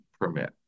permit